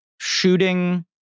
shooting